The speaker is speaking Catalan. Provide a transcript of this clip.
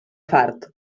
fart